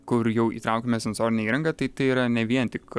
kur jau įtraukiame sensorinę įrangą tai tai yra ne vien tik